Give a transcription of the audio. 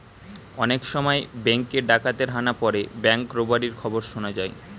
অনেক সময় বেঙ্ক এ ডাকাতের হানা পড়ে ব্যাঙ্ক রোবারির খবর শুনা যায়